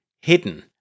hidden